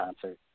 concert